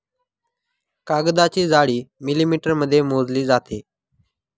कागदाची जाडी मिलिमीटरमध्ये मोजली जाते